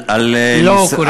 לא קורא אותך לסדר.